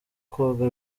koga